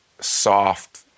soft